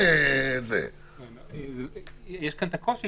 את הקושי